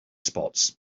spots